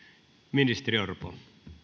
ministeri orpo